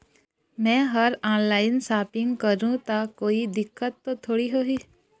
मैं हर online shopping करू ता कोई दिक्कत त थोड़ी होही?